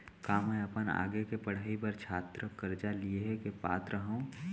का मै अपन आगे के पढ़ाई बर छात्र कर्जा लिहे के पात्र हव?